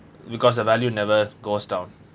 because the value never goes down